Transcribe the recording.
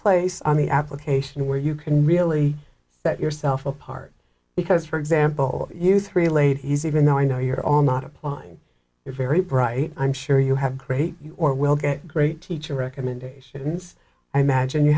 place on the application where you can really that yourself apart because for example you three ladies even though i know you're all not applying you're very bright i'm sure you have great or will get great teacher recommendations i imagine you